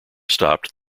stopped